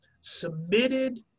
submitted